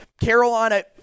Carolina